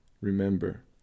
Remember